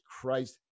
Christ